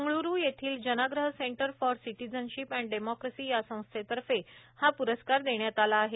बंगळ्रू येथील Janaagraha centre for citizenship and democracy या संस्थेतर्फे हा पुरस्कार देण्यात आला आहे